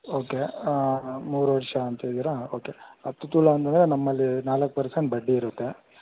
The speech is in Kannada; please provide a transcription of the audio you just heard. ಓಕೆ ಮೂರು ವರ್ಷ ಅಂತಿದ್ದೀರ ಓಕೆ ಹತ್ತು ತೊಲ ಅಂದರೆ ನಮ್ಮಲ್ಲಿ ನಾಲ್ಕು ಪರ್ಸೆಂಟ್ ಬಡ್ಡಿ ಇರುತ್ತೆ